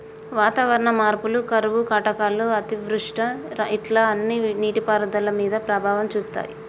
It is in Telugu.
వాతావరణ మార్పులు కరువు కాటకాలు అతివృష్టి ఇట్లా అన్ని నీటి పారుదల మీద ప్రభావం చూపితాయ్